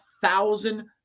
thousand